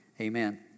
amen